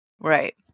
Right